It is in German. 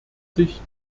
sich